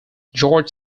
george